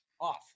off